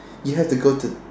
you have to go to